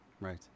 Right